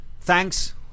thanks